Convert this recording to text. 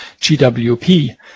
GWP